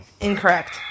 Incorrect